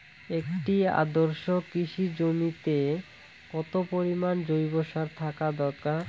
একটি আদর্শ কৃষি জমিতে কত পরিমাণ জৈব সার থাকা দরকার?